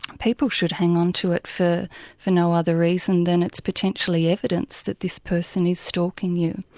people should hang on to it for for no other reason than it's potentially evidence that this person is stalking you.